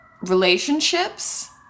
relationships